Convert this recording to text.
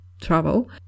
travel